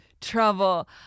trouble